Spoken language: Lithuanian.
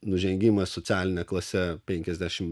nužengimas socialine klase penkiasdešimt